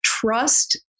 trust